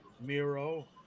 Miro